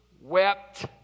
wept